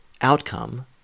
outcome